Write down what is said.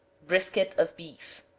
brisket of beef.